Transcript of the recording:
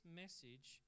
message